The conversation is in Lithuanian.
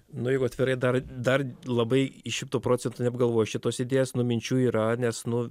nu jeigu atvirai dar dar labai šimtu procentų neapgalvojau šitos idėjos nu minčių yra nes nu